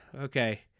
Okay